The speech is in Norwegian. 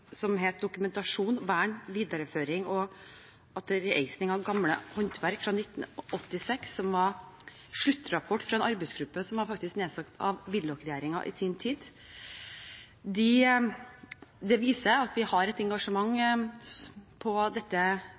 var NOU-en «Dokumentasjon, vern, vidareføring og atterreising av gamle handverk» fra 1986, og som var sluttrapporten fra en arbeidsgruppe nedsatt av Willoch-regjeringen i sin tid. Det viser at vi har et engasjement på dette